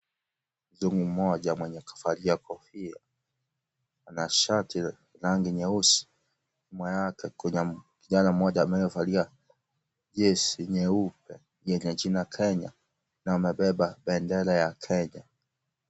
Mtu mmoja mwenye kavalia kofia, ana shati la rangi nyeusi nyuma yake kijana amevalia jezi nyeupe yenye jina kenya na amebeba bendera ya kenya.